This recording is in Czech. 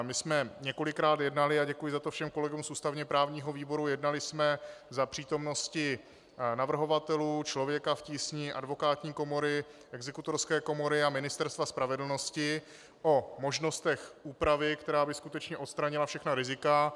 My jsme několikrát jednali, a děkuji za to všem kolegům z ústavněprávního výboru, za přítomnosti navrhovatelů, Člověka v tísni, advokátní komory, Exekutorské komory a Ministerstva spravedlnosti o možnostech úpravy, která by skutečně odstranila všechna rizika.